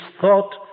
thought